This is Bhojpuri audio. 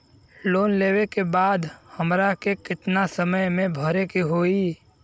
लोन लेवे के बाद हमरा के कितना समय मे भरे के होई?